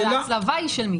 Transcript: אבל ההצלבה היא של מי.